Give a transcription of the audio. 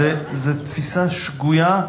להעניש את הילד זו תפיסה שגויה.